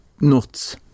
nuts